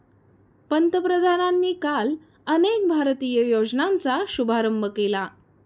पंतप्रधानांनी काल अनेक भारतीय योजनांचा शुभारंभ केला